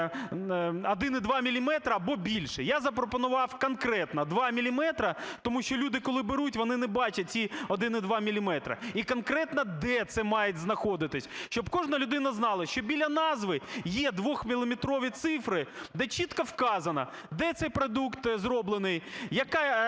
1,2 міліметри або більше. Я запропонував конкретно 2 міліметри, тому що люди, коли беруть, вони не бачать ці 1,2 міліметри. І конкретно де це має знаходитись, щоб кожна людина знала, що біля назви є 2-міліметрові цифри, де чітко вказано, де цей продукт зроблений, до якої